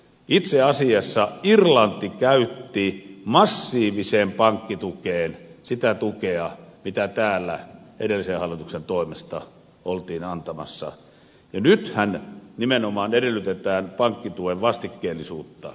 itse asiassa irlanti käytti massiiviseen pankkitukeen sitä tukea mitä täällä edellisen hallituksen toimesta oltiin antamassa ja nythän nimenomaan edellytetään pankkituen vastikkeellisuutta